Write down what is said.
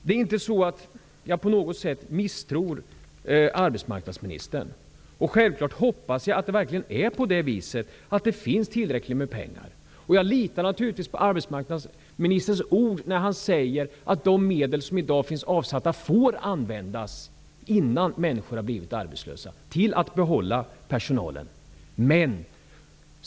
Jag misstror inte på något sätt arbetsmarknadsministern. Självfallet hoppas jag att det verkligen finns tillräckligt med pengar. Jag litar naturligtvis på arbetsmarknadsministerns ord när han säger att de medel som i dag finns avsatta får användas till att behålla personalen innan människor har blivit arbetslösa.